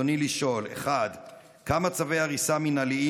רצוני לשאול: 1. כמה צווי הריסה מינהליים